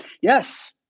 yes